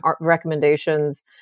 recommendations